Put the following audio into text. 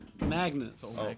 Magnets